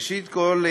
ראשית כול,